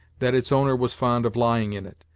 that its owner was fond of lying in it,